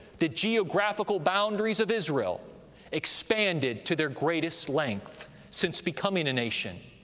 the geographical boundaries of israel expanded to their greatest length since becoming a nation.